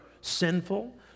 sinful